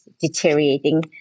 deteriorating